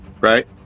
Right